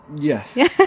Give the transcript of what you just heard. Yes